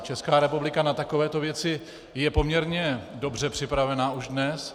Česká republika na takovéto věci je poměrně dobře připravena už dnes.